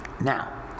Now